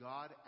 God